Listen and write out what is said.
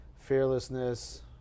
fearlessness